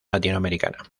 latinoamericana